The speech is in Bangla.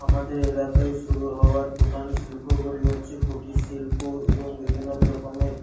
আমাদের এলাকায় শুরু হওয়ার প্রধান শিল্পগুলি হচ্ছে কুটিরশিল্প এবং বিভিন্ন রকমের